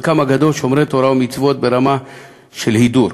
וחלקם הגדול שומרי תורה ומצוות ברמה של הידור.